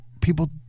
people